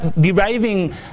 deriving